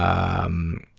um,